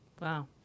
wow